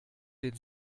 den